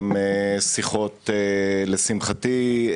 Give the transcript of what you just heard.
לשמחתי,